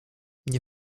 nie